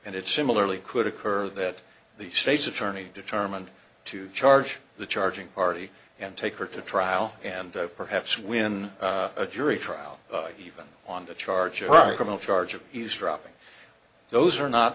and it similarly could occur that the state's attorney determined to charge the charging party and take her to trial and perhaps when a jury trial even on the charges are criminal charges he's dropping those are not